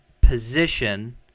position